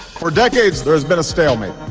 for decades there has been a stalemate,